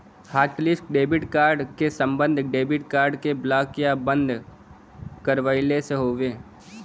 hotlist debit card क सम्बन्ध debit card क ब्लॉक या बंद करवइले से हउवे